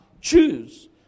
Choose